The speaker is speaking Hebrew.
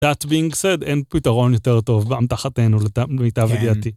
That being said, אין פתרון יותר טוב באמתחתנו למיטב ידיעתי.